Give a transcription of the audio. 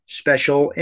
special